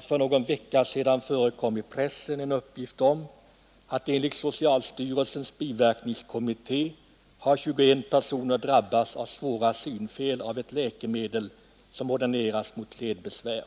för någon vecka sedan förekom en uppgift i pressen om att 21 personer enligt socialstyrelsens biverkningskommitté hade drabbats av svåra synfel efter behandling med ett läkemedel som ordinerats mot ledbesvär.